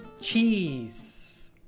cheese